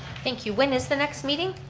thank you, when is the next meeting?